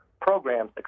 programs